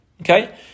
Okay